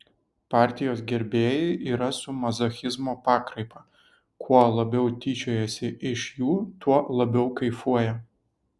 partijos gerbėjai yra su mazochizmo pakraipa kuo labiau tyčiojasi iš jų tuo labiau kaifuoja